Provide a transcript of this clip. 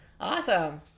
Awesome